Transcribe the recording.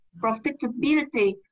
profitability